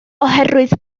oherwydd